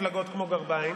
אני מבטלת את כל הדיונים,